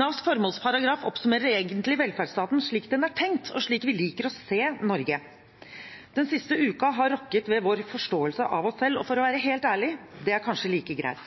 Navs formålsparagraf oppsummerer egentlig velferdsstaten slik den er tenkt, og slik vi liker å se Norge. Den siste uken har rokket ved vår forståelse av oss selv, og for å være helt ærlig – det er kanskje like greit.